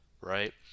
right